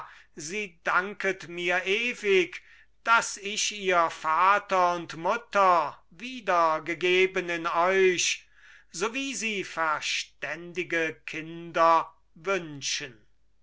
sie danket mir ewig daß ich ihr vater und mutter wiedergegeben in euch so wie sie verständige kinder wünschen